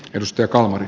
edustajakamari